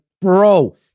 bro